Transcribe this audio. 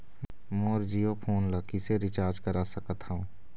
मोर Jio phone ला किसे recharge करा सकत हवं?